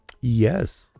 Yes